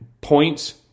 points